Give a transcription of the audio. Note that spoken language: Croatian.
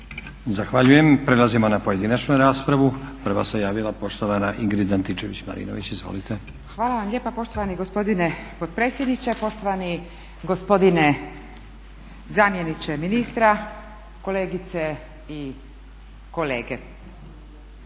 Zahvaljujem. Prelazimo na pojedinačnu raspravu. Prva se javila poštovana Ingrid Antičević-Marinović. Izvolite. **Antičević Marinović, Ingrid (SDP)** Hvala vam lijepa poštovani gospodine potpredsjedniče, poštovani gospodine zamjeniče ministra, kolegice i kolege,